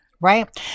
right